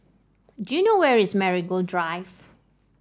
do you know where is Marigold Drive